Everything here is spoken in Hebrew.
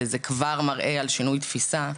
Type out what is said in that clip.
זה כבר מראה על שינוי תפיסה.